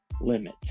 limit